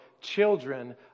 children